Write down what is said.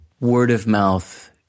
word-of-mouth